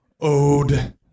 Ode